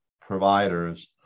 providers